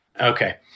okay